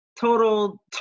total